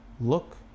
look